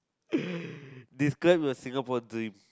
describe your Singapore dream